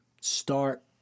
start